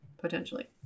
potentially